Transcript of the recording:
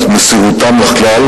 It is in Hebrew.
את מסירותם לכלל,